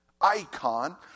icon